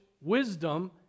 wisdom